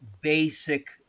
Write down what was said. basic